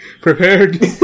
prepared